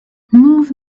move